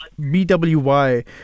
BWY